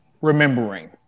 remembering